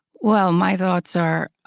well, my thoughts are.